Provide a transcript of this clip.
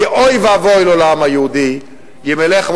כי אוי ואבוי לו לעם היהודי אם ילך עם